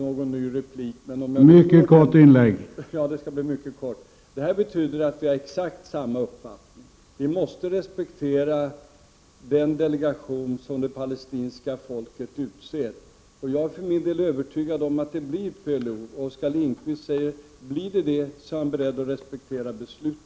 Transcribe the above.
Herr talman! Det skall bli mycket kort. Det här betyder att vi har exakt samma uppfattning. Vi måste respektera den delegation som det palestinska folket utser. Jag är för min del övertygad om att den kommer att bestå av PLO-företrädare. Oskar Lindkvist säger att om det blir så, är han beredd att respektera det beslutet.